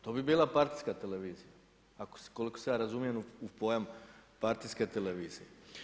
To bi bila partijska televizija koliko se ja razumijem u pojam partijske televizije.